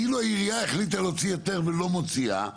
העירייה החליטה להוציא היתר ולא מוציאה,